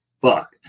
fuck